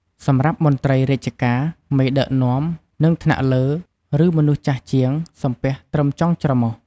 សម្រាប់មន្រ្តីរាជការ មេដឹកនាំ និងថ្នាក់លើ ឬមនុស្សចាស់ជាង សំពះត្រឹមចុងច្រមុះ។